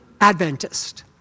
Adventist